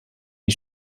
die